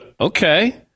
okay